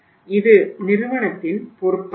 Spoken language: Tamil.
இது நிறுவனத்தின் பொறுப்பாகும்